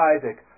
Isaac